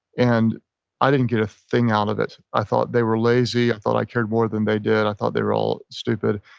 and i didn't get a thing out of it. i thought they were lazy. i thought i cared more than they did. i thought they were all stupid.